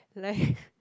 like